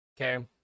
okay